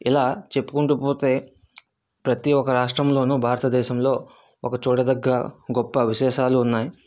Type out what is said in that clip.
ఇలా చెప్పుకుంటూపొతే ప్రతి ఒక రాష్ట్రంలోను భారతదేశంలో ఒక చోటు దగ్గర గొప్ప విశేషాలు ఉన్నాయి